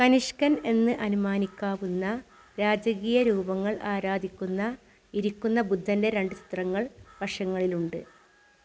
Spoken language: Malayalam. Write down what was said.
കനിഷ്കൻ എന്ന് അനുമാനിക്കാവുന്ന രാജകീയ രൂപങ്ങൾ ആരാധിക്കുന്ന ഇരിക്കുന്ന ബുദ്ധൻ്റെ രണ്ട് ചിത്രങ്ങൾ വശങ്ങളിലുണ്ട്